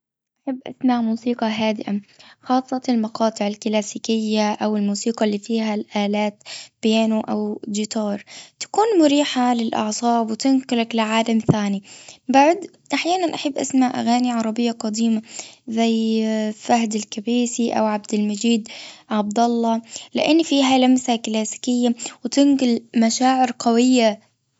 أحب أسمع موسيقى هادئة خاصة المقاطع الكلاسيكية أو الموسيقى اللي فيها الألأت بيانو أو جيتار. تكون مريحة للأعصاب وتنقلك لعالم ثاني. بعد أحيانا احب اسمع أغاني عربية قديمة. زي آآ فهد الكبيسي أو عبدالمجيد عبدالله لأن فيها لمسة كلاسيكية لأنها تنقل مشاعر قوية.